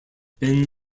been